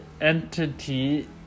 entity